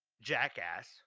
jackass